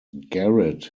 garrett